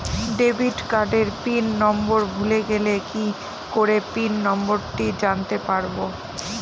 Debit কার্ডের pin number ভুলে গেলে কি করে পিন নম্বরটি জানতে পারবো?